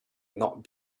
not